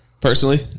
personally